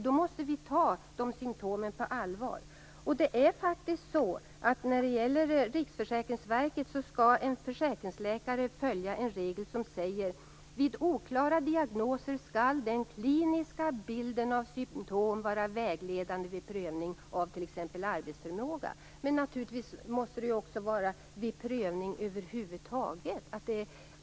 Då måste vi ta dessa symtom på allvar. En försäkringsläkare skall följa en regel som säger att den kliniska bilden av symtom skall vara vägledande vid prövning av t.ex. arbetsförmåga vid oklara diagnoser. Men naturligtvis måste det gälla vid prövning över huvud taget.